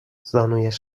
زانویش